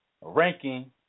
ranking